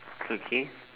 okay